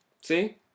see